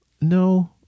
No